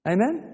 Amen